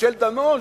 של חבר הכנסת דנון,